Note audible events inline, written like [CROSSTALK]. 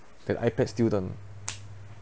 that I_pad still don't [NOISE]